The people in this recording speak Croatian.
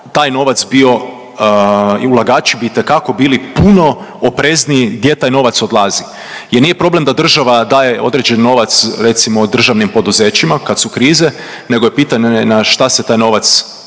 taj novac bio i ulagači bi itekako bili puno oprezniji gdje taj novac odlazi. Jer nije problem da država daje određen novac recimo državnim poduzećima kad su krize, nego je pitanje na šta se taj novac